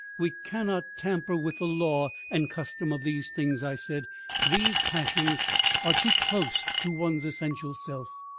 we cannot tamper with the law and customs of these things, i said these passions are too close to one's essential self.